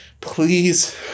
Please